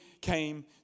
came